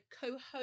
co-host